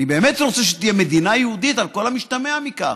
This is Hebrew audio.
אני באמת רוצה שתהיה מדינה יהודית על כל המשתמע מכך,